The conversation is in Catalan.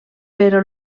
però